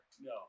No